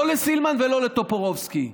לא לסילמן ולא לטופורובסקי.